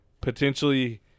potentially